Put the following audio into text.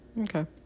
okay